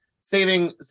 saving